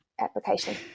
Application